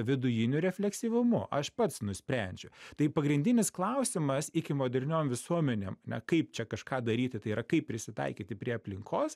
vidujiniu refleksyvumu aš pats nusprendžiu tai pagrindinis klausimas ikimoderniom visuomenėm na kaip čia kažką daryti tai yra kaip prisitaikyti prie aplinkos